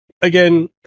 again